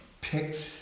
picked